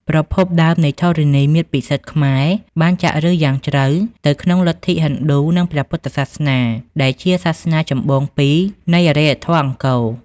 ប្រភពដើមនៃធរណីមាត្រពិសិដ្ឋខ្មែរបានចាក់ឫសយ៉ាងជ្រៅទៅក្នុងលទ្ធិហិណ្ឌូនិងព្រះពុទ្ធសាសនាដែលជាសាសនាចម្បងពីរនៃអរិយធម៌អង្គរ។